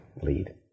lead